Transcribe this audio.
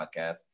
podcast